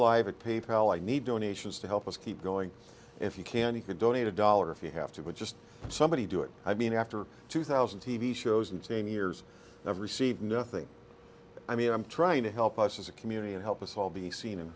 live pay pal i need donations to help us keep going if you can you can donate a dollar if you have to but just somebody do it i mean after two thousand t v shows and seniors have received nothing i mean i'm trying to help us as a community and help us all be seen and